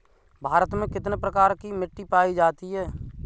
भारत में कितने प्रकार की मिट्टी पायी जाती है?